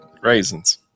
Raisins